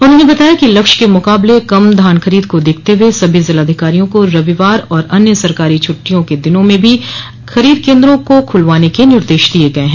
उन्होंने बताया कि लक्ष्य के मुकाबल कम धान खरीद को देखते हुए सभी जिलाधिकारियों को रविवार और अन्य सरकारी छुटि्टयों के दिनों में भी खरीद केन्द्रों को खूलवाने के निर्देश दिये गये हैं